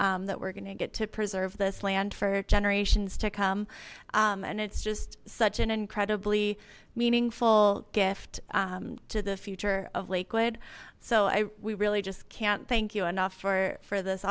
that we're gonna get to preserve this land for generations to come and it's just such an incredibly meaningful gift to the future of lakewood so i really just can't thank you enough for for this